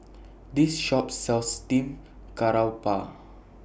This Shop sells Steamed Garoupa